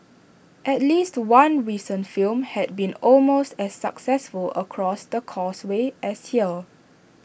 at least one recent film has been almost as successful across the causeway as here